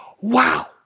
Wow